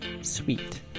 sweet